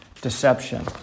deception